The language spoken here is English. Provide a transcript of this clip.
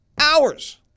hours